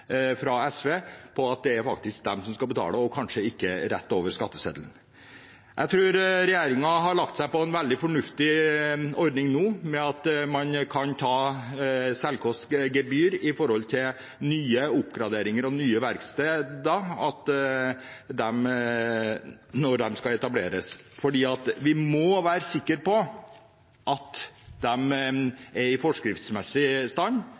kanskje ikke rett over skatteseddelen. Jeg tror regjeringen nå har lagt seg på en veldig fornuftig ordning ved at man kan ta selvkostgebyr for nye oppgraderinger og nye verksteder, når de skal etableres. Vi må være sikre på at de er i forskriftsmessig stand